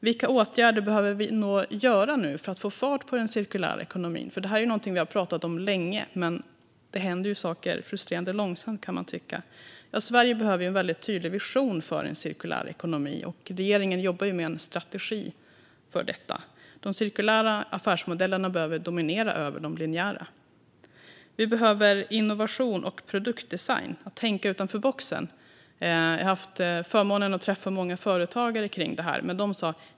Vilka åtgärder behöver vi då vidta för att få fart på den cirkulära ekonomin? Detta är ju något vi har pratat om länge, men det händer saker frustrerande långsamt, kan man tycka. Sverige behöver en tydlig vision för en cirkulär ekonomi, och regeringen jobbar med en strategi för detta. De cirkulära affärsmodellerna behöver dominera över de linjära. Vi behöver innovation och produktdesign, att tänka utanför boxen. Jag har haft förmånen att träffa många företagare och prata om detta.